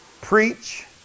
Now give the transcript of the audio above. preach